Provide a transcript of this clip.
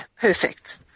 perfect